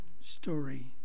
story